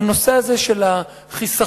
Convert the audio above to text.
בנושא הזה של החיסכון,